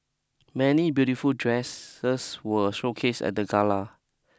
many beautiful dresses were showcased at the gala